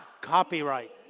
copyright